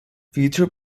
future